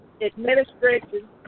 Administration